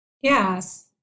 Yes